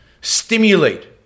stimulate